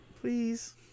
Please